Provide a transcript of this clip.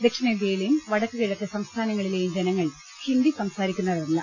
ദക്ഷിണേന്തൃയിലേയും വടക്കു കിഴക്കൻ സംസ്ഥാനങ്ങളിലേയും ജനങ്ങൾ ഹിന്ദി സംസാരിക്കുന്നവരല്ല